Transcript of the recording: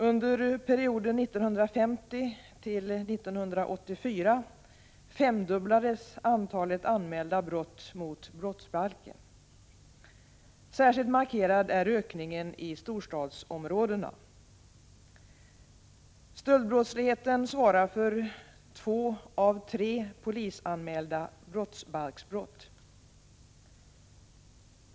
Under perioden 1950-1984 femdubblades antalet anmälda brott mot brottsbalken. Särskilt markerad är ökningen i storstadsområdena. Stöldbrottsligheten svarar för två av tre polisanmälda brottsbalksbrott.